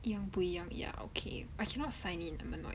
一样不一样 ya okay I cannot sign in oh my god